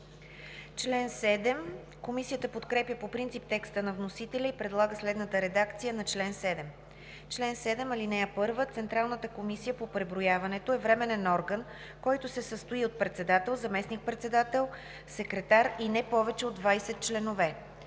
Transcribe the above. Комисията подкрепя по принцип текста на вносителя и предлага следната редакция на чл. 7: „Чл. 7. (1) Централната комисия по преброяването е временен орган, който се състои от председател, заместник-председател, секретар и не повече от 20 членове.